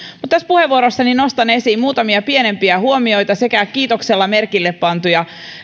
tässä puheenvuorossani nostan esiin muutamia pienempiä huomioita sekä kiitoksella merkille pantuja